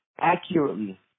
accurately